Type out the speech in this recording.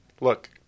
look